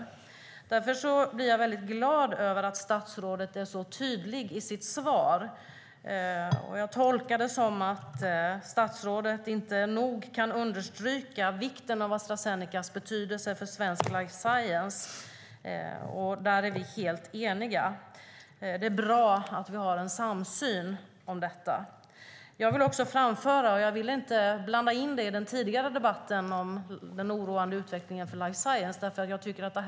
Därför gläder det mig att statsrådet är så tydlig i sitt svar. Jag tolkar det som att statsrådet inte nog kan understryka vikten av Astra Zenecas betydelse för svensk life science. Där är vi helt eniga. Det är bra att vi har en samsyn om detta. Jag vill också framföra att det är bra att regeringen var tydlig med att stödja bolaget i deras nej till Pfizers bud. Vi välkomnar det.